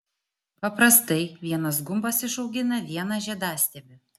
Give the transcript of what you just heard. paprastai vienas gumbas išaugina vieną žiedstiebį